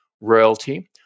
royalty